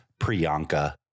Priyanka